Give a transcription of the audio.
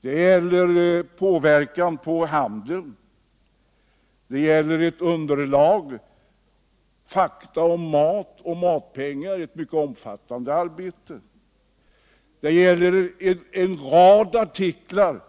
Det gäller påverkan på handeln, det gäller ett faktaunderlag om mat och matpengar, ett mycket omfattande arbete, det gäller en rad artiklar